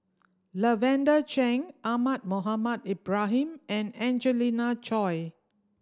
Lavender Chang Ahmad Mohamed Ibrahim and Angelina Choy